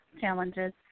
challenges